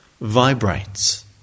vibrates